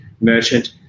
merchant